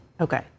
Okay